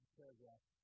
paragraph